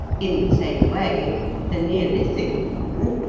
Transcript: in the same way the neolithic woman,